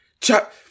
chop